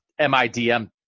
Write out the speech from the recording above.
MIDM